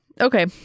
Okay